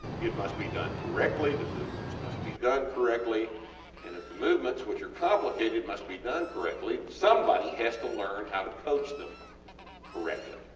it must be done correctly, the movements must be done correctly and if the movements, which are complicated must be done correctly somebody has to learn how to coach them correctly.